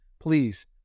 Please